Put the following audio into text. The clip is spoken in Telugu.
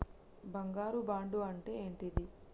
బంగారు బాండు అంటే ఏంటిది?